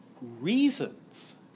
reasons